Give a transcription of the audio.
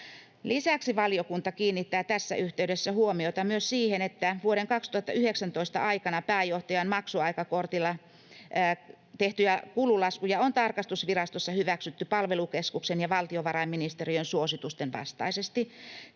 Lisäksi valiokunta kiinnittää tässä yhteydessä huomiota myös siihen, että vuoden 2019 aikana pääjohtajan maksuaikakortilla tehtyjä kululaskuja on tarkastusvirastossa hyväksytty palvelukeskuksen ja valtiovarainministeriön suositusten vastaisesti.